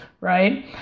right